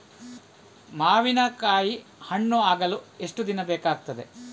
ಮಾವಿನಕಾಯಿ ಹಣ್ಣು ಆಗಲು ಎಷ್ಟು ದಿನ ಬೇಕಗ್ತಾದೆ?